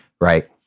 right